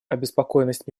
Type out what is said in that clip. обеспокоенность